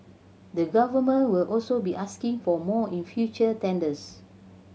the Government will also be asking for more in future tenders